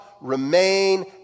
remain